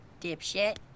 Dipshit